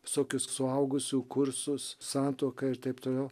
visokius suaugusių kursus santuoką ir taip toliau